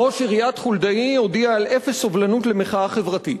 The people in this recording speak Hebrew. ראש העירייה חולדאי הודיע על אפס סובלנות למחאה חברתית.